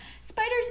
spiders